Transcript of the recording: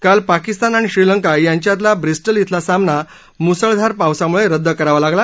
काल पाकिस्तान आणि श्रीलंका यांच्यातला ब्रिस्टल खिला सामना मुसळधार पावसामुळे रद्द करावा लागला